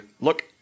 Look